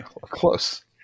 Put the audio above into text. close